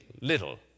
little